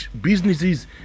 businesses